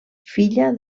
filla